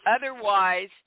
Otherwise